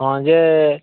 ହଁ ଯେ